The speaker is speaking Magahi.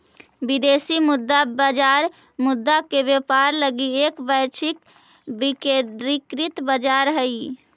विदेशी मुद्रा बाजार मुद्रा के व्यापार लगी एक वैश्विक विकेंद्रीकृत बाजार हइ